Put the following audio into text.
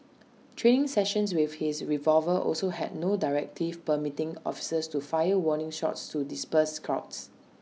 training sessions with his revolver also had no directive permitting officers to fire warning shots to disperse crowds